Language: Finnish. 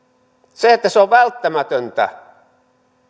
se että se on välttämätöntä